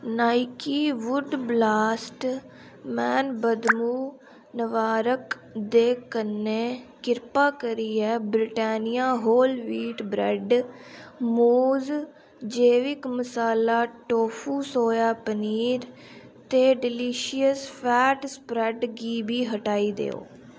Nike बुड blast man बदबू नबारक दे कन्नै कृपा करियै ब्रिटैनिया होल वीट ब्रैड मोज़ जैविक मसाला टोफु सोया पनीर ते डलिशिय्स फैट स्प्रैड गी बी हटाई देओ